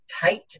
tight